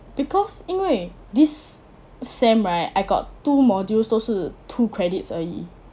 because 因为 this sem right I got two modules 都是 two credits 而已